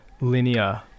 linear